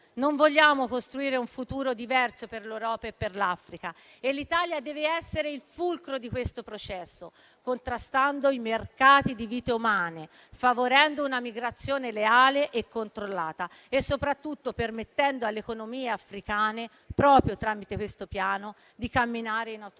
noi vogliamo costruire un futuro diverso per l'Europa e per l'Africa e l'Italia deve essere il fulcro di questo processo, contrastando i mercati di vite umane, favorendo una migrazione leale e controllata e soprattutto permettendo alle economie africane, proprio tramite questo Piano, di camminare in autonomia.